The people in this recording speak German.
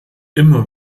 immer